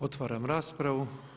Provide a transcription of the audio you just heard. Otvaram raspravu.